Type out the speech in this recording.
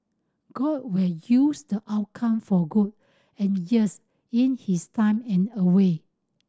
god will use the outcome for good and yes in his time and away